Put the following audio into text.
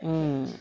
mm